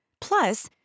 Plus